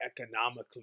economically